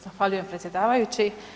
Zahvaljujem, predsjedavajući.